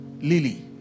Lily